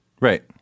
Right